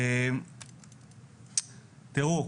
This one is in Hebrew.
תראו,